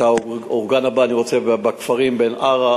את האורגן הבא אני רוצה בכפרים עארה,